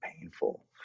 painful